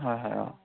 হয় হয় অঁ